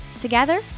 Together